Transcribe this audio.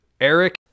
Eric